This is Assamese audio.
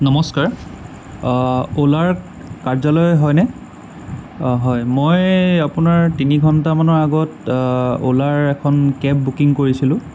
নমস্কাৰ অ'লাৰ কাৰ্যালয় হয়নে অঁ হয় মই আপোনাৰ তিনি ঘন্টামানৰ আগত অ'লাৰ এখন কেব বুকিং কৰিছিলোঁ